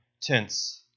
tense